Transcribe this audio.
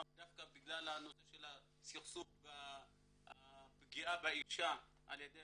דווקא בנושא של הסכסוך והפגיעה באישה על-ידי